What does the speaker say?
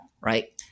right